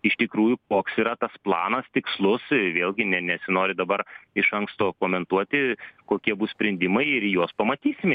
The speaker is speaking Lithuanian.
iš tikrųjų koks yra tas planas tikslus vėlgi ne nesinori dabar iš anksto komentuoti kokie bus sprendimai ir juos pamatysime